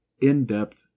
in-depth